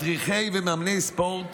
מדריכי ומאמני ספורט